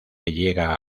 llega